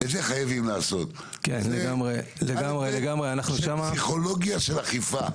את זה חייבים לעשות, זו פסיכולוגיה של אכיפה.